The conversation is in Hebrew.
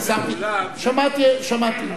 שמעתי.